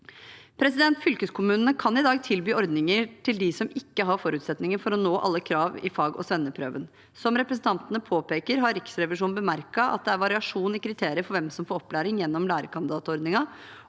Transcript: Fylkeskommunene kan i dag tilby ordninger til dem som ikke har forutsetninger for å oppfylle alle krav i fagog svenneprøven. Som representantene påpeker, har Riksrevisjonen bemerket at det er variasjon i kriteriene for hvem som får opplæring gjennom lærekandidatordningen,